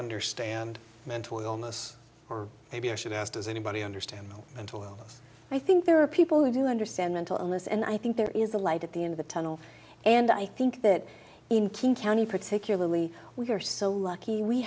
understand mental illness or maybe i should ask does anybody understand until i think there are people who do understand mental illness and i think there is a light at the end of the tunnel and i think that in king county particularly we are so lucky we